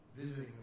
visiting